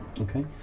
Okay